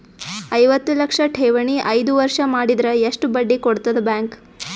ಐವತ್ತು ಲಕ್ಷ ಠೇವಣಿ ಐದು ವರ್ಷ ಮಾಡಿದರ ಎಷ್ಟ ಬಡ್ಡಿ ಕೊಡತದ ಬ್ಯಾಂಕ್?